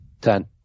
Ten